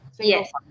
yes